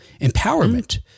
empowerment